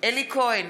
אלי כהן,